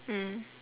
mm